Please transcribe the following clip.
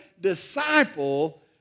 disciple